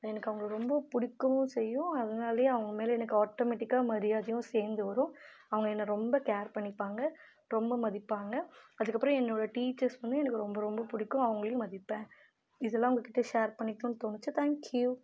எனக்கு அவங்களை ரொம்ப பிடிக்கவும் செய்யும் அதனாலேயே அவங்க மேலே எனக்கு ஆட்டோமெட்டிக்காக மரியாதையும் சேர்ந்து வரும் அவங்க என்ன ரொம்ப கேர் பண்ணிப்பாங்க ரொம்ப மதிப்பாங்க அதுக்கப்புறம் என்னோடய டீச்சர்ஸ் வந்து எனக்கு ரொம்ப ரொம்ப பிடிக்கும் அவங்களையும் மதிப்பேன் இதெல்லாம் உங்கள்கிட்ட ஷேர் பண்ணிக்கணுன்னு தோணிச்சு தேங்க் யூ